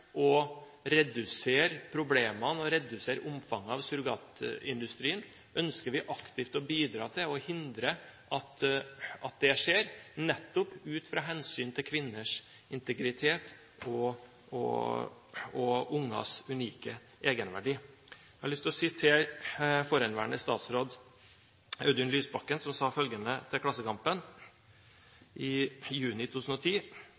å redusere problemene og omfanget av surrogatindustrien? Ønsker vi aktivt å bidra til å hindre at det skjer, nettopp ut fra hensynet til kvinners integritet og ungers unike egenverdi? Jeg har lyst til å sitere forhenværende statsråd Audun Lysbakken, som sa følgende til Klassekampen i juni 2010: